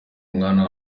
mwana